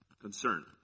concern